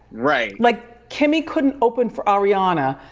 right. like kimmy couldn't open for ariana,